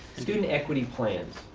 student equity plans,